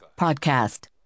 Podcast